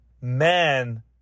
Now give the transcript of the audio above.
man